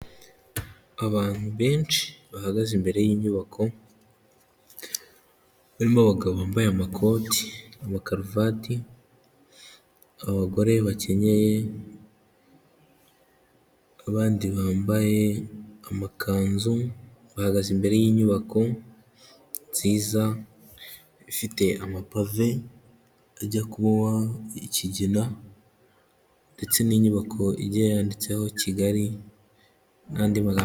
Abantu benshi bahagaze imbere y'inyubako, harimo abagabo bambaye amakoti, amakaruvati, abagore bakenyeye abandi bambaye amakanzu bahagaze imbere y'inyubako nziza ifite amapave, ajya kuba ikigina ndetse n'inyubako igiye yanditseho Kigali n'andi magambo.